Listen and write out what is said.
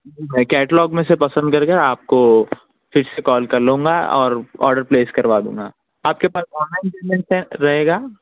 catalogue میں سے پسند کر کےآپ کو پھر سے کال کر لوں گا اور آرڈر پلیس کروا دوں گا آپ کے پاس آن لائن پیمنٹ رہے گا